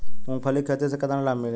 मूँगफली के खेती से केतना लाभ मिली?